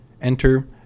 Enter